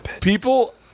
people